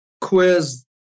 quiz